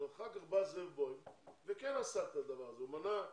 אחר כך בא זאב בוים וכן עשה את הדבר הזה ומנע,